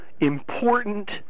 important